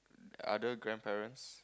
other grandparents